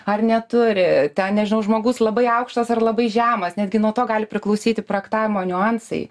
ar neturi ten nežinau žmogus labai aukštas ar labai žemas netgi nuo to gali priklausyti projektavimo niuansai